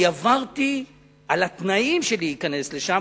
אני עברתי על התנאים להיכנס לשם,